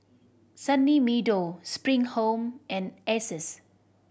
Sunny Meadow Spring Home and Asus